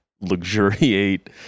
luxuriate